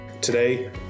today